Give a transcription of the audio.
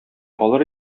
алыр